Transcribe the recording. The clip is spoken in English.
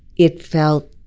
it felt